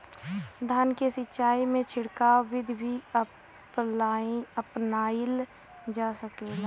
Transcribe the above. धान के सिचाई में छिड़काव बिधि भी अपनाइल जा सकेला?